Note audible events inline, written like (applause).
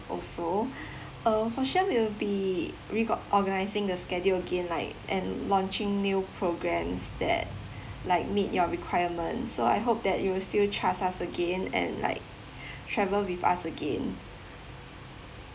also (breath) uh for sure we'll be re got~ organising the schedule again like and launching new programs that like meet your requirements so I hope that you will still trust us again and like travel with us again